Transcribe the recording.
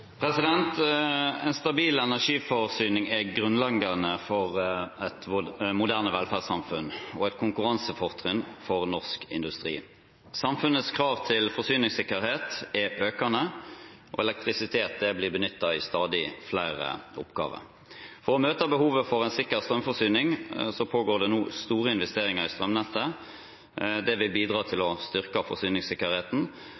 En stabil energiforsyning er grunnleggende for et moderne velferdssamfunn og et konkurransefortrinn for norsk industri. Samfunnets krav til forsyningssikkerhet er økende, og elektrisitet blir benyttet i stadig flere oppgaver. For å møte behovet for en sikker strømforsyning pågår det nå store investeringer i strømnettet. Det vil bidra til